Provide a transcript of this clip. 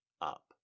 up